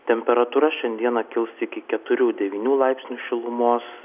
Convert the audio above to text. temperatūra šiandieną kils iki keturių devynių laipsnių šilumos